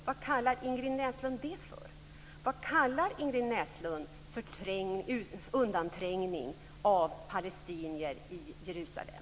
Vad kallar Ingrid Näslund det för? Vad kallar hon undanträngning av palestinier i Jerusalem?